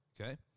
Okay